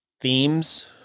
themes